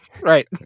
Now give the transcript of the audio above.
right